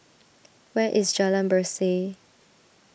where is Jalan Berseh